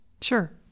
Sure